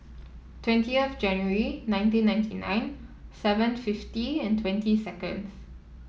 twentieth January nineteen ninety nine seven fifty and twenty seconds